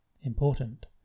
Important